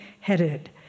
headed